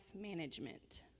management